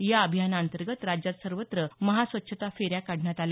या अभियानाअंतर्गत राज्यात सर्वत्र महास्वच्छता फेऱ्या काढण्यात आल्या